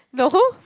no